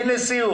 תודה.